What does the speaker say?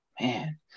man